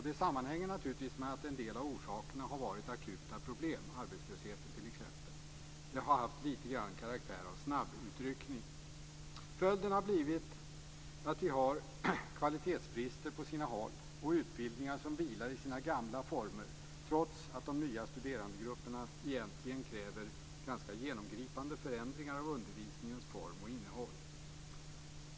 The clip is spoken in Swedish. Det sammanhänger naturligtvis med att en del av orsakerna har varit akuta problem, t.ex. arbetslösheten. Det har haft lite karaktär av snabbutryckning. Följden har blivit att vi har kvalitetsbrister på sina håll, och utbildningar som vilar i sina gamla former trots att de nya studerandegrupperna egentligen kräver ganska genomgripande förändringar av undervisningens form och innehåll.